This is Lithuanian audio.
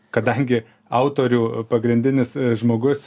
kadangi autorių pagrindinis žmogus